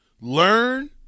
learn